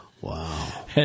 Wow